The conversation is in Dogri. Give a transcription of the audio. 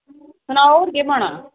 सनाओ हून केह् पाना